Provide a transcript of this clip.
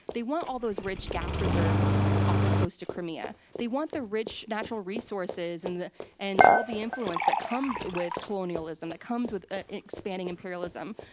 they want all those rich gas reserves off the coast of crimea. they want the rich natural resources and the and all the influence that comes with colonialism, that comes with ah expanding imperialism.